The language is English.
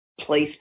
place